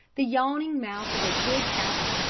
the yawning mouth of a big cavern,